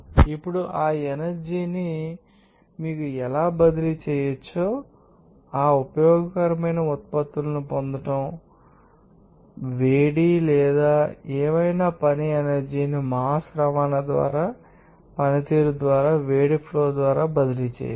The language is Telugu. ఇప్పుడు ఆ ఎనర్జీ ని మీకు ఎలా బదిలీ చేయవచ్చో మీకు తెలుసు ఆ ఉపయోగకరమైన ఉత్పత్తులను పొందడం మీకు తెలుసు వేడి లేదా పని ఏమైనా ఎనర్జీ ని మాస్ రవాణా ద్వారా లేదా పని పనితీరు ద్వారా వేడి ఫ్లో ద్వారా బదిలీ చేయవచ్చు